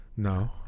No